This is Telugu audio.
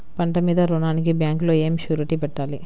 పంట మీద రుణానికి బ్యాంకులో ఏమి షూరిటీ పెట్టాలి?